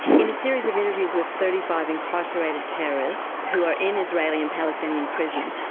in a series of interviews with thirty five incarcerated terrorists who are in israeli and palestinian prisons,